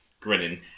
Grinning